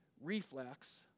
reflex